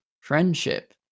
Friendship